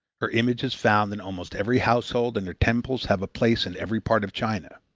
her image is found in almost every household and her temples have a place in every part of china.